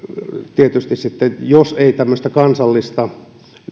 tietysti sitten jos ei tämmöistä kansallista